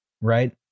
right